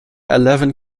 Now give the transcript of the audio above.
eleven